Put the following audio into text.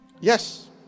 Yes